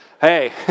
hey